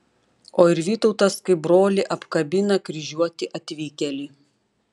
o ir vytautas kaip brolį apkabina kryžiuotį atvykėlį